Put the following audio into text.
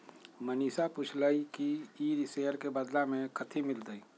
मनीषा पूछलई कि ई शेयर के बदला मे कथी मिलतई